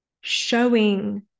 showing